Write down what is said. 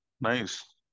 nice